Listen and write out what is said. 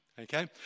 okay